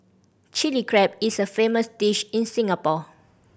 Chilli Crab is a famous dish in Singapore